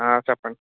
ఆ చెప్పండి